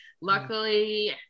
luckily